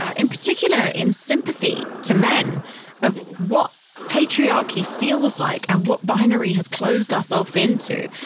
ah in particular in sympathy to men of what patriarchy feels like and what binary has closed us off into,